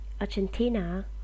Argentina